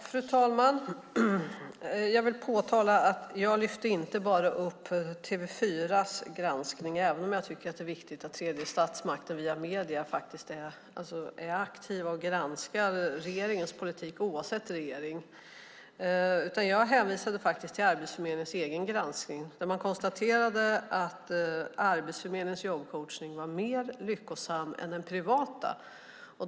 Fru talman! Jag vill påtala att jag inte bara lyfte fram TV4:s granskning, även om jag tycker att det är viktigt att den tredje statsmakten, medierna, är aktiv och granskar regeringens politik, oavsett regering. Jag hänvisade till Arbetsförmedlingens egen granskning, där man konstaterade att Arbetsförmedlingens jobbcoachning var mer lyckosam än den privata.